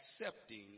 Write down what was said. accepting